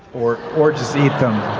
or or just eat them.